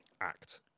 act